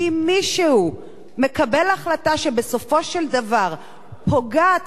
כי מישהו מקבל החלטה שבסופו של דבר פוגעת